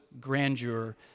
grandeur